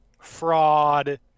fraud